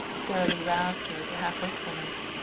sara lee roused her to half wakefulness,